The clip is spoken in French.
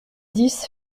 dix